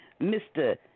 Mr